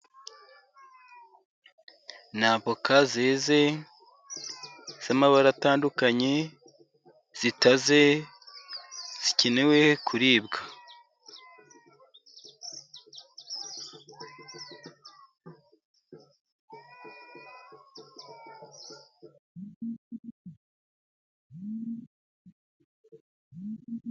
Ni avoka zeze, z'amabara atandukanye, zitaze zikenewe kuribwa.